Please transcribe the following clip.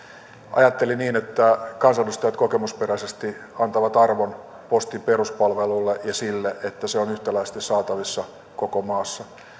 ajattelin niin että kansanedustajat kokemusperäisesti antavat arvon postin peruspalvelulle ja sille että se on yhtäläisesti saatavissa koko maassa